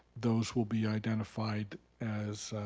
those will be identified as